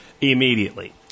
immediately